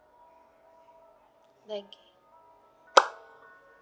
banking